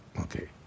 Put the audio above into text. Okay